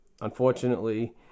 unfortunately